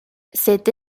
cette